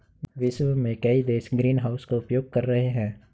विश्व के कई देश ग्रीनहाउस का उपयोग कर रहे हैं